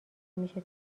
میشه